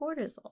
cortisol